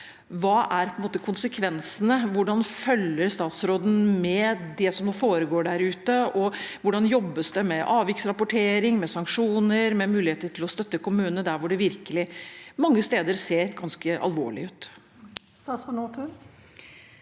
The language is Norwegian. Hva er konsekvensene? Hvordan følger statsråden med på det som foregår der ute? Og hvordan jobbes det med avviksrapportering, med sanksjoner, med muligheter til å støtte kommunene der det virkelig mange steder ser ganske alvorlig ut? Statsråd Kari